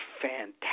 fantastic